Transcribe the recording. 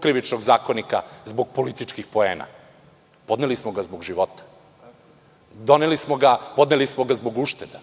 Krivičnog zakonika zbog političkih poena. Podneli smo ga zbog života. Podneli smo ga zbog ušteda.